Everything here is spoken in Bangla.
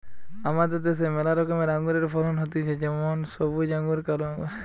আমাদের দ্যাশে ম্যালা রকমের আঙুরের ফলন হতিছে যেমন সবুজ আঙ্গুর, কালো আঙ্গুর